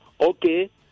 Okay